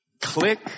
Click